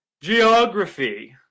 geography